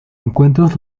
encuentros